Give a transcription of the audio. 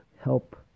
help